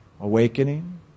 awakening